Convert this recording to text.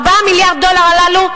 4 מיליארדי הדולר הללו,